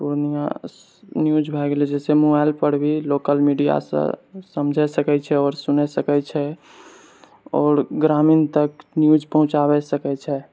Purnia news भए गेलै जैसे मोबाइल पर भी लोकल मीडिया सँ समझ सकै छै आओर सुन सकै छै आओर ग्रामीण तक न्यूज पहुँचाबै सकै छै